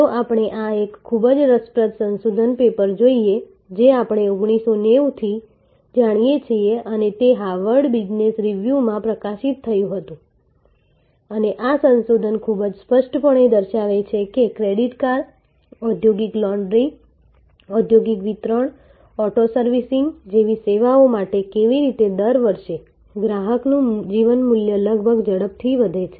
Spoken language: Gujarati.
ચાલો આપણે આ એક ખૂબ જ રસપ્રદ સંશોધન પેપર જોઈએ જે આપણે 1990 થી જાણીએ છીએ અને તે હાર્વર્ડ બિઝનેસ રિવ્યુમાં પ્રકાશિત થયું હતું અને આ સંશોધન ખૂબ જ સ્પષ્ટપણે દર્શાવે છે કે ક્રેડિટ કાર્ડ ઔદ્યોગિક લોન્ડ્રી ઔદ્યોગિક વિતરણ ઓટો સર્વિસિંગ જેવી સેવાઓ માટે કેવી રીતે દર વર્ષે ગ્રાહકનું જીવન મૂલ્ય લગભગ ઝડપથી વધે છે